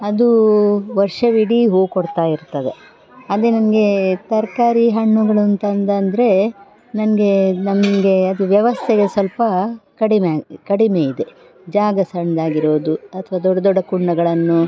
ಅದು ವರ್ಷವಿಡೀ ಹೂ ಕೊಡ್ತಾ ಇರ್ತದೆ ಅದೇ ನನ್ಗೆ ತರಕಾರಿ ಹಣ್ಣುಗಳು ಅಂತಂದು ಅಂದರೆ ನನ್ಗೆ ನನಗೆ ಅದು ವ್ಯವಸ್ಥೆಗೆ ಸ್ವಲ್ಪ ಕಡಿಮೆ ಕಡಿಮೆ ಇದೆ ಜಾಗ ಸಣ್ಣದಾಗಿರೋದು ಅಥ್ವಾ ದೊಡ್ಡ ದೊಡ್ಡ ಕುಂಡಗಳನ್ನು